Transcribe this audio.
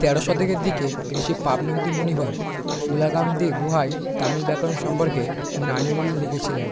তেরো শতকের দিকে ঋষি পাবনন্তি মুনিভার উলাগামধি গুহায় তামিল ব্যাকরণ সম্পর্কে নান্নুল লিখেছিলেন